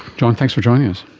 john, thanks for joining us.